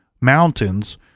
Mountains